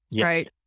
right